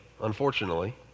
unfortunately